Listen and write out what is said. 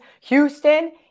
Houston